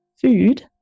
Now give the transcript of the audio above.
food